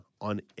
on